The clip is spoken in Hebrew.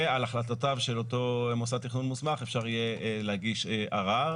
ועל החלטותיו של אותו מוסד תכנון מוסמך אפשר יהיה להגיש ערר,